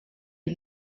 est